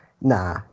Nah